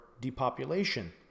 depopulation